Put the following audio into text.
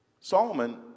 Solomon